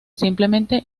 simplemente